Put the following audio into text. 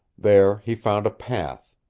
there he found a path,